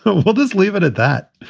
but well, does leave it at that.